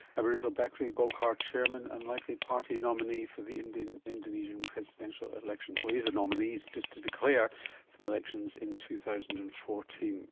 aburizal bakrie, golkar chairman and likely party nominee for the and indonesian presidential elections well, he is a nominee he's just to declare for the elections in two thousand and fourteen